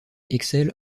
excelle